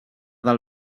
del